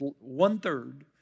one-third